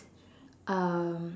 um